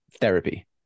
therapy